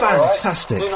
Fantastic